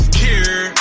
care